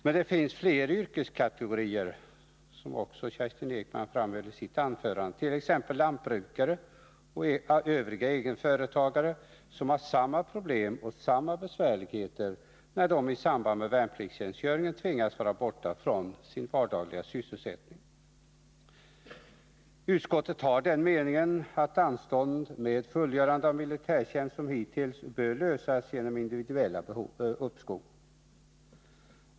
Men det finns fler yrkeskategorier, som också Kerstin Ekman framhöll i sitt anförande, t.ex. lantbrukare och övriga egenföretagare, som har samma problem och stora besvärligheter när de i samband med värnpliktstjänstgöringen tvingas vara borta från sin vardagliga sysselsättning. Utskottet har den meningen att anstånd med fullgörande av militärtjänst som hittills bör ordnas individuellt från fall till fall.